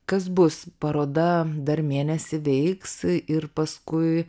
kas bus paroda dar mėnesį veiks ir paskui